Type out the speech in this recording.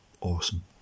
awesome